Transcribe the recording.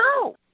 No